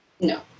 No